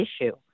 issue